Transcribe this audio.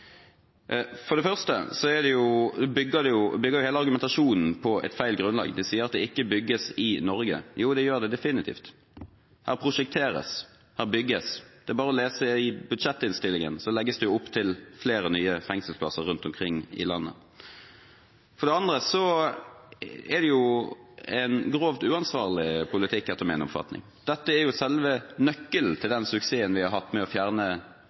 For det første bygger hele argumentasjonen på et feil grunnlag, de sier at det ikke bygges i Norge – jo, det gjør det definitivt. Her prosjekteres, her bygges – det er bare å lese i budsjettinnstillingen, så ser man at det legges opp til flere nye fengselsplasser rundt omkring i landet. For det andre er det en grovt uansvarlig politikk, etter min oppfatning. Dette er selve nøkkelen til suksessen vi har hatt med å fjerne